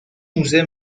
موزه